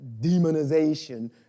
demonization